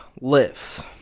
lifts